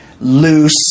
loose